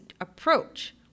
approach